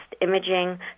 imaging